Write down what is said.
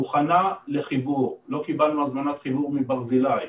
מוכנה לחיבור, לא קיבלנו הזמנת חיבור מברזילי.